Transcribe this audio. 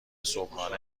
صبحانه